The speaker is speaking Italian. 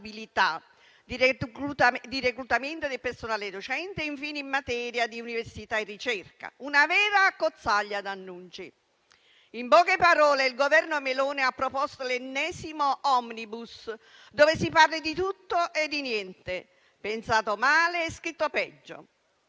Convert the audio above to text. di reclutamento del personale docente e infine di università e ricerca, una vera accozzaglia di annunci. In poche parole, il Governo Meloni ha proposto l'ennesimo decreto *omnibus*, in cui si parla di tutto e di niente, pensato male e scritto peggio.